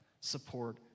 support